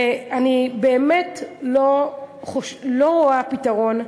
אני באמת לא רואה פתרון,